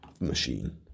machine